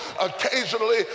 occasionally